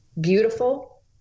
beautiful